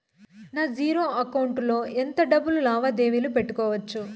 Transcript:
నా zero account లో ఎంత డబ్బులు లావాదేవీలు పెట్టుకోవచ్చు?